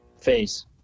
face